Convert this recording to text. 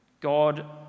God